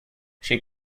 she